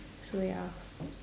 so ya